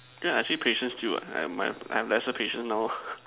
yeah I see patience still what I my I have lesser patience now lor